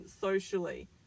socially